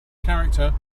character